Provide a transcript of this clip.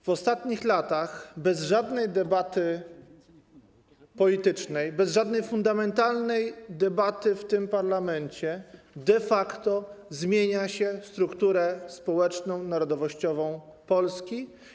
W ostatnich latach bez żadnej debaty politycznej, bez żadnej fundamentalnej debaty w tym parlamencie de facto zmienia się strukturę społeczną, narodowościową Polski.